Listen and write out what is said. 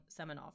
Semenov